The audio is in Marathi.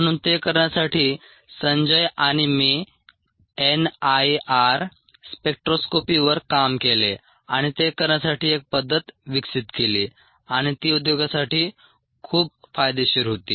म्हणून ते करण्यासाठी संजय आणि मी एनआयआर स्पेक्ट्रोस्कोपीवर काम केले आणि ते करण्यासाठी एक पद्धत विकसित केली आणि ती उद्योगासाठी खूप फायदेशीर होती